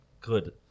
good